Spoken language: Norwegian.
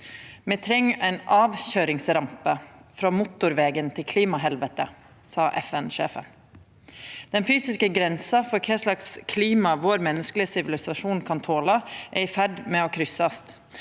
Me treng ein avkøyringsrampe frå motorvegen til klimahelvetet, sa FN-sjefen. Den fysiske grensa for kva slags klima vår menneskelege sivilisasjon kan tola, er i ferd med å kryssast.